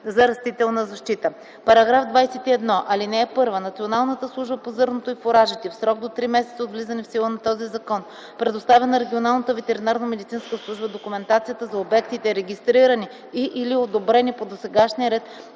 за растителна защита”. § 21. (1) Националната служба по зърното и фуражите, в срок до 3 месеца от влизане в сила на този закон, предоставя на Регионалната ветеринарномедицинска служба документация за обектите, регистрирани и/или одобрени по досегашния ред,